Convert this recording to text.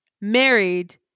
married